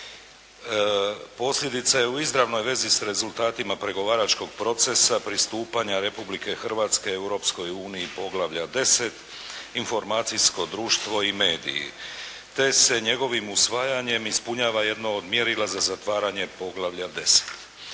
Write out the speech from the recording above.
posljedica je u izravnoj vezi s rezultatima pregovaračkog procesa pristupanja Republike Hrvatske Europskoj Uniji poglavlja 10.–Informacijsko društvo i mediji, te se njegovim usvajanjem ispunjava jedno od mjerila za zatvaranje poglavlja 10.